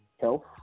Health